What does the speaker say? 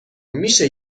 میشه